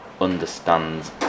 understands